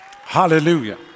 Hallelujah